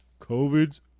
COVID's